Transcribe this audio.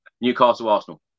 Newcastle-Arsenal